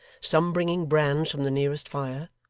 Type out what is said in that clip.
some bringing brands from the nearest fire,